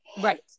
Right